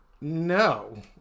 No